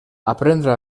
aprendre